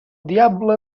diable